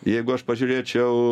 jeigu aš pažiūrėčiau